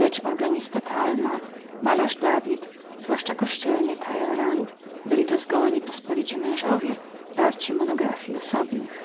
lecz organista talma malarz david zwłaszcza kościelny taylerand byli to zgoła niepospolici mężowie warci monografii osobnych